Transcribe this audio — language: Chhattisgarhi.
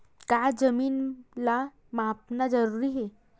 का जमीन ला मापना जरूरी हे?